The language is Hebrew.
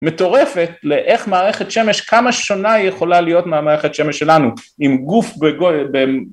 מטורפת, לאיך מערכת שמש, כמה שונה יכולה להיות מהמערכת שמש שלנו, עם גוף בגו... ב...